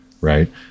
right